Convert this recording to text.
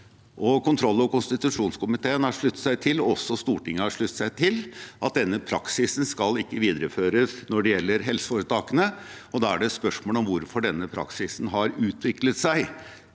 Kontroll- og konstitusjonskomiteen og Stortinget har sluttet seg til at denne praksisen ikke skal videreføres når det gjelder helseforetakene, og da er det et spørsmål om hvorfor denne praksisen har utviklet seg